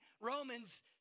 Romans